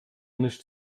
nicht